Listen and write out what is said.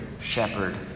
shepherd